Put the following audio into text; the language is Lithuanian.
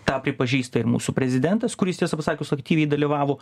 tą pripažįsta ir mūsų prezidentas kuris tiesą pasakius aktyviai dalyvavo